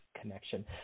connection